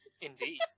Indeed